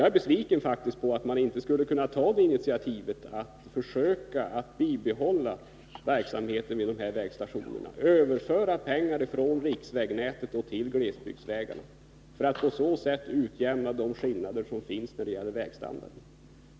Jag är besviken över att man inte skulle kunna ta initiativet att försöka bibehålla verksamheten vid dessa vägstationer, överföra pengar från riksvägnätet till glesbygdsvägarna för att på så sätt utjämna de skillnader som finns när det gäller vägständarden.